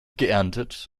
geerntet